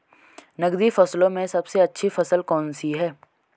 नकदी फसलों में सबसे अच्छी फसल कौन सी है?